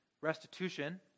restitution